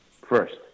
first